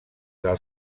del